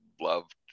loved